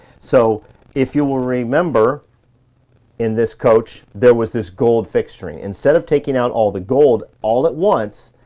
so if you will remember in this coach, there was this gold fixturing. instead of taking out all the gold all at once,